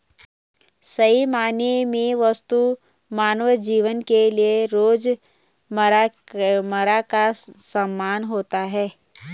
सही मायने में वस्तु मानव जीवन के लिये रोजमर्रा का सामान होता है